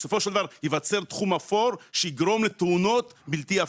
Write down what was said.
בסופו של דבר ייווצר תחום אפור שיגרום לתאונות בלתי הפיכות.